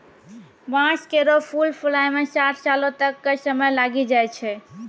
बांस केरो फूल फुलाय म साठ सालो तक क समय लागी जाय छै